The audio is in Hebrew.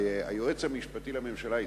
היועץ המשפטי לממשלה לשעבר,